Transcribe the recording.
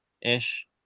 ish